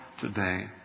today